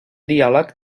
diàleg